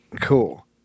Cool